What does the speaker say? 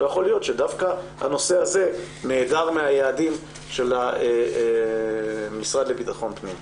לא יכול להיות שדווקא הנושא הזה נעדר מהיעדים של המשרד לביטחון פנים.